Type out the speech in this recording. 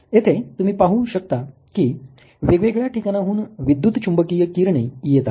येथे तुम्ही पाहू शकता की वेगवेगळ्या ठिकाणाहून विद्युत चुंबकीय किरणे येत आहे